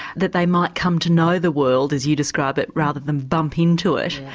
that they might come to know the world as you describe it rather than bump into it,